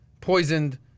poisoned